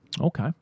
Okay